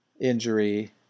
injury